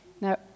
Now